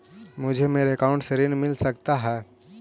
मुझे मेरे अकाउंट से ऋण मिल सकता है?